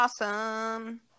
awesome